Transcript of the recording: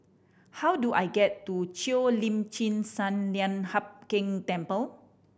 how do I get to Cheo Lim Chin Sun Lian Hup Keng Temple